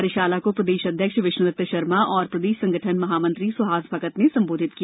कार्यशाला को प्रदेश अध्यक्ष विष्णुदत्त शर्मा और प्रदेश संगठन महामंत्री सुहास भगत ने संबोधित किया